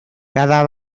cada